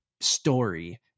story